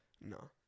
No